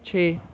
ਛੇ